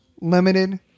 limited